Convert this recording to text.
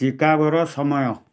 ଚିକାଗୋର ସମୟ